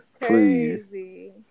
crazy